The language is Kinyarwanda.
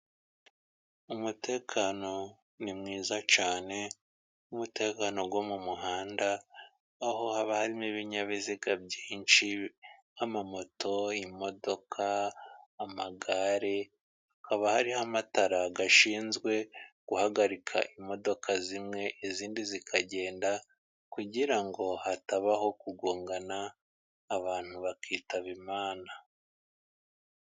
Umutekano ni mwiza cyane, nk'umutekano wo mu muhanda, aho haba harimo ibinyabiziga byinshi nk'amamoto, imodoka, amagare. Haba hariho amatara ashinzwe guhagarika imodoka zimwe, izindi zikagenda kugira ngo hatabaho kugongana abantu bakitaba Imana.